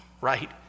right